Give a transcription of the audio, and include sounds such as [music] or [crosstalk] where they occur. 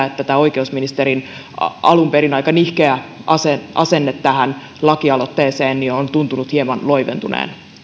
[unintelligible] että oikeusministerin alun perin aika nihkeä asenne asenne tähän lakialoitteeseen on tuntunut hieman loiventuneen